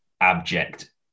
abject